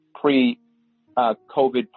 pre-COVID